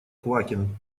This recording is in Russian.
квакин